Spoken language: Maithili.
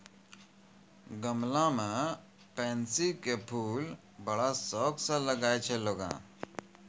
गमला मॅ पैन्सी के फूल बड़ा शौक स लगाय छै लोगॅ